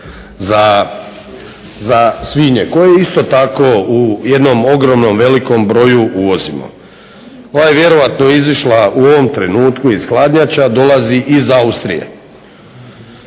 za svinje koje isto tako u jednom ogromnom velikom broju uvozimo. Ova je vjerojatno izišla u ovom trenutku iz hladnjače a dolazi iz Austrije.